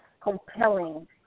compelling